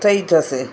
થઈ જશે